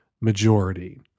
majority